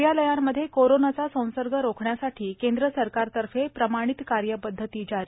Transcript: कार्यालयांमध्ये कोरोनाचा संसर्ग रोखण्यासाठी केंद्र सरकारतर्फे प्रमाणित कार्यपध्दती जारी